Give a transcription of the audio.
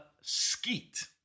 Skeet